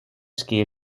scale